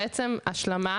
השלמה,